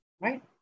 Right